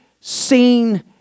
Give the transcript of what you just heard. seen